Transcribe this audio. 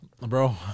Bro